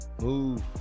move